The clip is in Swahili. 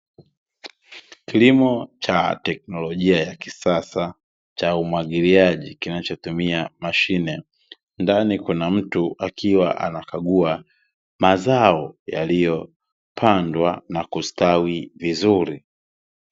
Kilimo cha teknolojia ya kisasa, cha umwagiliaji kinachotumia mashine. Ndani kuna mtu akiwa anakagua mazao, yaliyopandwa na kustawi vizuri.